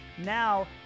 Now